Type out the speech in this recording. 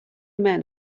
men